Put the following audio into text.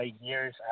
years